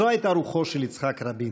זו הייתה רוחו של יצחק רבין.